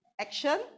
action